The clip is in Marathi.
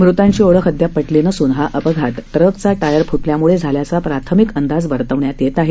मृतांची ओळख अद्याप पटली नसून हा अपघात ट्रकचा टायर फुटल्यानं झाल्याचा प्राथमिक अंदाज वर्तवण्यात येत आहे